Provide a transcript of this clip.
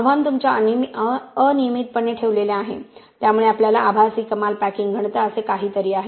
आव्हान तुमच्या अनियमितपणे ठेवलेले आहे त्यामुळे आपल्याला आभासी कमाल पॅकिंग घनता असे काहीतरी आहे